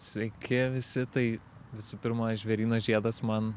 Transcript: sveiki visi tai visų pirma žvėryno žiedas man